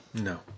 No